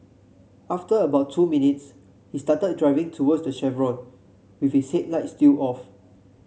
after about two minutes he started driving towards the chevron with his headlights still off